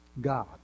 God